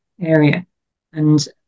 area—and